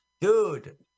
Dude